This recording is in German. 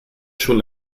schon